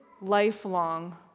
lifelong